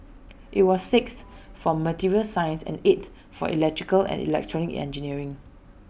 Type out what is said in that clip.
IT was sixth for materials science and eighth for electrical and electronic engineering